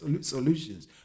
solutions